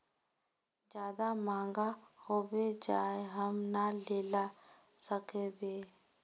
ज्यादा महंगा होबे जाए हम ना लेला सकेबे?